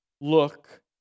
look